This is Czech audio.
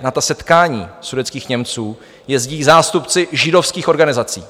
Na ta setkání sudetských Němců jezdí i zástupci židovských organizací.